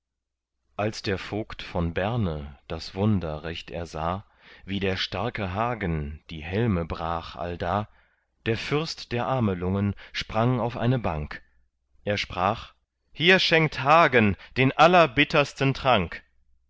als der vogt von berne das wunder recht ersah wie der starke hagen die helme brach allda der fürst der amelungen sprang auf eine bank er sprach hier schenkt hagen den allerbittersten trank